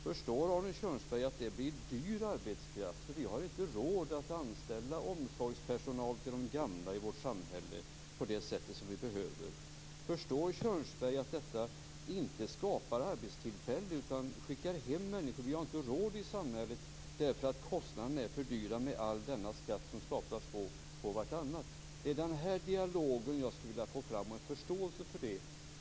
Förstår Arne Kjörnsberg att det blir dyr arbetskraft? Vi har inte råd att anställa omsorgspersonal till de gamla i vårt samhälle i den utsträckning som behövs. Förstår Kjörnsberg att detta inte skapar arbetstillfällen utan att det leder till att man skickar hem människor? Samhället har inte råd, därför att kostnaderna är för dyra med alla dessa skatter som staplas på varandra. Det är den här dialogen som jag skulle vilja få fram och få förståelse för.